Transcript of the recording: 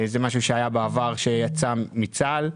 זה משהו שהיה בעבר, שיצא מצה"ל,